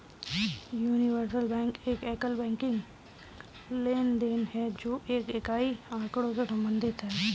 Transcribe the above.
universal bank एक एकल banking लेनदेन है, जो एक इकाई के आँकड़ों से संबंधित है